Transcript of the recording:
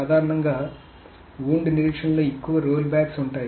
సాధారణంగా వవుండ్ నిరీక్షణలో ఎక్కువ రోల్ బ్యాక్స్ ఉంటాయి